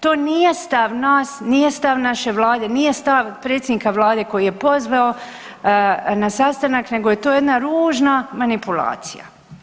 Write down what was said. To nije stav nas, nije stav naše vlade, nije stav predsjednika vlade koji je pozvao na sastanak nego je to jedna ružna manipulacija.